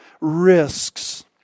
risks